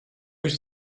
być